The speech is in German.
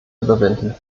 überwinden